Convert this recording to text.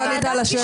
יש פה באמת סעיפים,